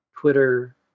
Twitter